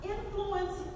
Influence